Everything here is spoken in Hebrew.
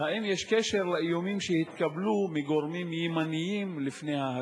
2. האם יש להצתה קשר לאיומים שהתקבלו מגורמים ימניים לפני כן?